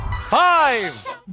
five